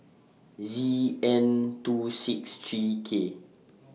Z N two six three K